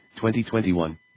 2021